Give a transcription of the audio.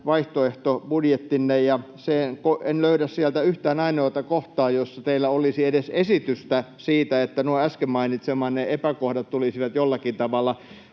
vaihtoehtobudjettinne ja en löydä sieltä yhtään ainoata kohtaa, jossa teillä olisi edes esitystä siitä, että nuo äsken mainitsemanne epäkohdat tulisivat jollakin tavalla